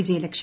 വിജയലക്ഷ്യം